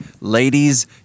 Ladies